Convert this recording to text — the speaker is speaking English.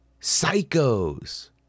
psychos